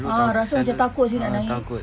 ah rasa macam takut seh nak naik